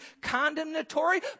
condemnatory